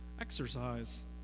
exercise